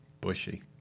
Bushy